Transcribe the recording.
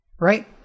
right